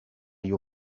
you